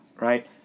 Right